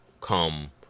come